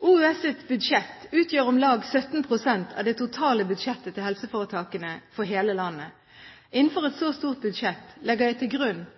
universitetssykehus' budsjett utgjør om lag 17 pst. av det totale budsjettet til helseforetakene for hele landet. Innenfor et så stort budsjett legger jeg til grunn